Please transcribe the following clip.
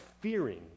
fearing